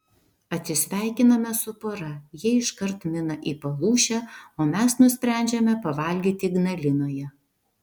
atsisveikiname su pora jie iškart mina į palūšę o mes nusprendžiame pavalgyti ignalinoje